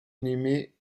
inhumé